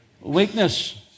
weakness